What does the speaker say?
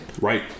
Right